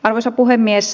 arvoisa puhemies